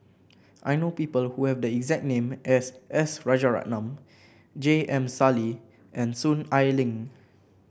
I know people who have the exact name as S Rajaratnam J M Sali and Soon Ai Ling